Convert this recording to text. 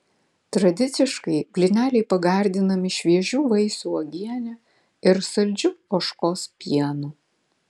tradiciškai blyneliai pagardinami šviežių vaisių uogiene ir saldžiu ožkos pienu